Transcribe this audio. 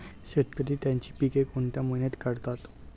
शेतकरी त्यांची पीके कोणत्या महिन्यात काढतात?